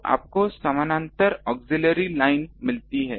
तो आपको समानांतर ऑग्ज़ीलियरी लाइन मिलती है